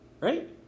right